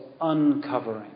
uncovering